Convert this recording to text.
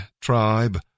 tribe